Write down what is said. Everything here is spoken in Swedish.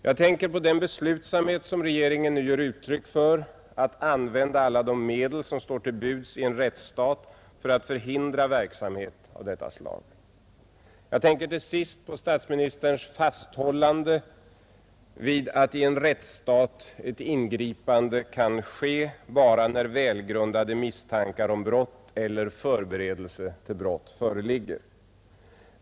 Jag tänker på den beslutsamhet som regeringen nu ger uttryck för ”att använda alla de medel som står till buds i en rättsstat för att förhindra verksamhet av detta slag”. Jag tänker till sist på statsministerns fasthållande vid att i en rättsstat ett ingripande kan ske bara när välgrundade misstankar om brott eller förberedelse till brott föreligger.